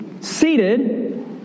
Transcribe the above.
seated